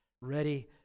ready